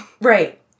Right